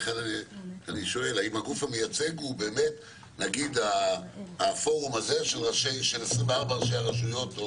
לכן אני שואל: האם הגוף המייצג הוא הפורום הזה של 24 ראשי הרשויות?